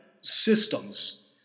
systems